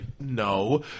no